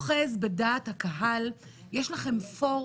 תראו מה הולך פה,